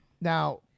now